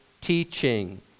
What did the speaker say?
teaching